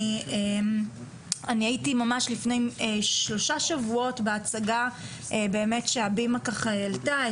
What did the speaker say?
אני הייתי ממש לפני שלושה שבועות בהצגה ש"הבימה" העלתה,